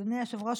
אדוני היושב-ראש,